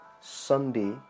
Sunday